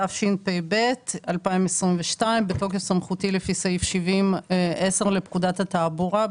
התשפ"ב - 2022 בתוקף סמכותי לפי סעיף 70(10) לפקודת התעבורה,